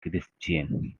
christian